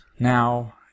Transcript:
now